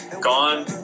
Gone